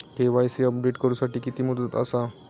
KYC update करू साठी किती मुदत आसा?